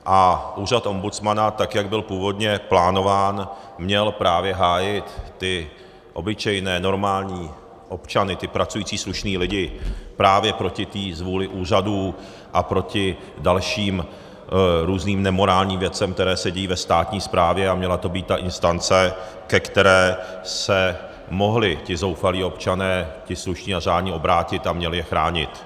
A úřad ombudsmana, tak jak byl původně plánován, měl právě hájit ty obyčejné, normální občany, ty pracující slušné lidi právě proti té zvůli úřadů a proti dalším různým nemorálním věcem, které se dějí ve státní správě, a měla to být ta instance, ke které se mohli ti zoufalí občané, ti slušní a řádní, obrátit, a měla je chránit.